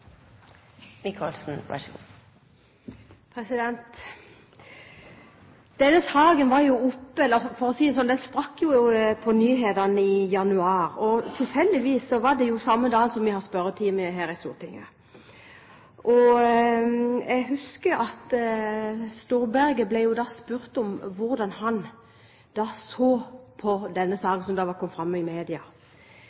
Denne saken var oppe i nyhetene – eller for å si det sånn, den sprakk i nyhetene – i januar, og tilfeldigvis var det samme dag som vi hadde spørretime her i Stortinget. Jeg husker at Storberget ble spurt om hvordan han så på denne